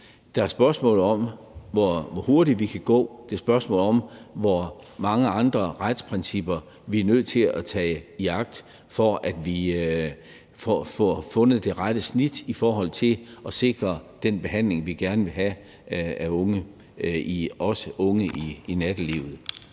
Der er spørgsmålet, hvor hurtigt vi kan gå. Det er spørgsmålet, hvor mange andre retsprincipper vi er nødt til at agte, for at vi får fundet det rette snit i forhold til at sikre den behandling, vi gerne vil have af unge, også unge i nattelivet.